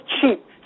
cheap